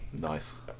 Nice